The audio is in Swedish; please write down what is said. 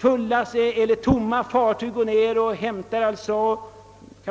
Fartyg som kommer